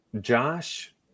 Josh